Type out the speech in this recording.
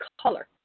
color